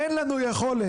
אין לנו יכולת,